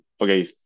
Okay